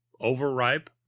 Overripe